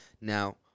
Now